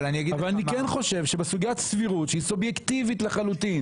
אבל אני כן חושב שבסוגיית הסבירות שהיא סובייקטיבית לחלוטין